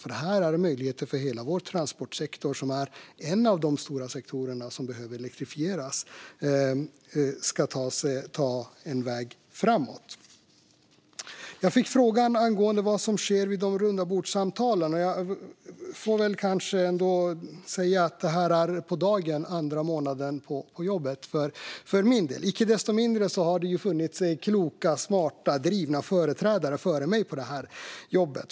Det här är en möjlighet för hela vår transportsektor, som är en av de stora sektorerna som behöver elektrifieras, att ta sig framåt. Jag fick frågan angående vad som sker vid rundabordssamtalen. Då får jag säga att jag i dag har varit på det här jobbet nästan på dagen två månader. Icke desto mindre har det funnits kloka, smarta och drivna företrädare före mig på det här jobbet.